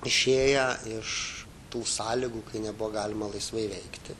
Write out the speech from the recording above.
išėję iš tų sąlygų kai nebuvo galima laisvai veikti